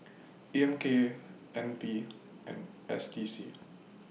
A M K N P and S D C